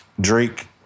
Drake